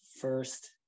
first